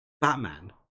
Batman